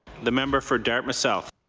the member for dartmouth south.